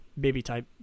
Baby-type